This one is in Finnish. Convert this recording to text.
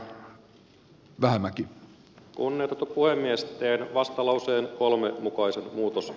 ville vähämäki on nyt apua myös teen vastalauseen kolme niko iso muutos